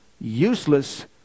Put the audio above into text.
useless